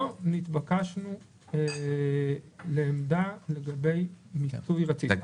לא נתבקשנו לעמדה לגבי מיסוי רציף.